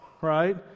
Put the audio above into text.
right